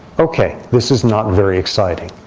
ok, this is not very exciting.